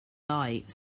light